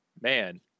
Man